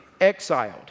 exiled